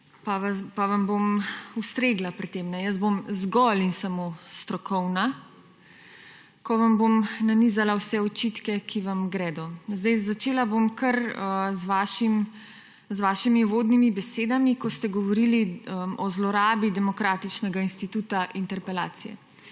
Pa vam bom ustregla pri tem. Jaz bom zgolj in samo strokovna, ko vam bom nanizala vse očitke, ki vam gredo. Začela bom kar z vašimi uvodnimi besedami, ko ste govorili o zlorabi demokratičnega instituta, interpelacije.